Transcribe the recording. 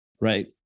Right